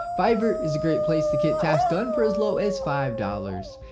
fiverr is a great place to get tasks done for as low as five dollars.